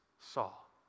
Saul